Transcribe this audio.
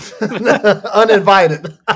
uninvited